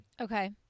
okay